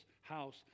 house